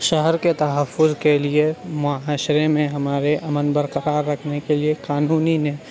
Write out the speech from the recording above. شہر کے تحفظ کے لیے معاشرے میں ہمارے امن برقرار رکھنے کے لیے قانونی نے